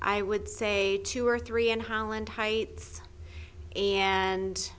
i would say two or three in holland